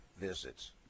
visits